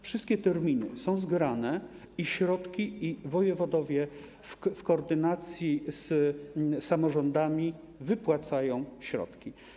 Wszystkie terminy są zgrane i wojewodowie w koordynacji z samorządami wypłacają środki.